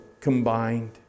combined